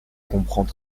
comprends